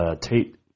Tate